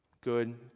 good